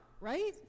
right